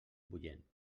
bullent